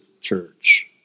church